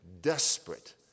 desperate